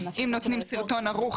אם נותנים סרטון ערוך,